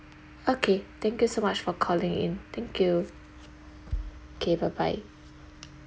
okay thank you so much for calling in thank you K bye bye